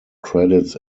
credits